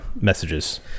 messages